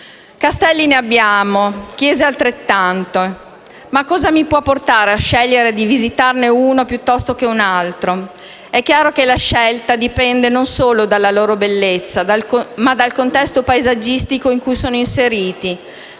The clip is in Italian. Castelli ne abbiamo e chiese altrettanto, ma cosa mi può portare a scegliere dì visitarne uno piuttosto che un altro? È chiaro che la scelta dipende non solo dalla loro bellezza, ma anche dal contesto paesaggistico in cui sono inseriti,